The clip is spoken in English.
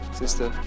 sister